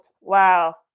Wow